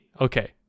okay